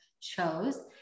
chose